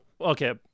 okay